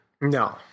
No